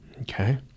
Okay